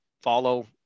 follow